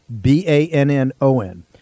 B-A-N-N-O-N